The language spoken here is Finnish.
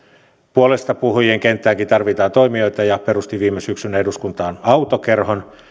puolestapuhujien kenttäänkin tarvitaan toimijoita ja perustin viime syksynä eduskuntaan autokerhon